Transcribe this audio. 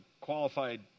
qualified